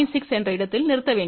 6 என்ற இடத்தில் நிறுத்த வேண்டும்